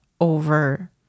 over